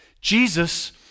Jesus